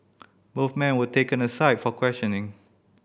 both men were taken aside for questioning